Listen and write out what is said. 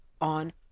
on